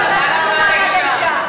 לא, לוועדה למעמד האישה.